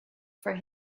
for